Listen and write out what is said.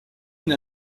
une